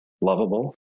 lovable